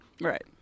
Right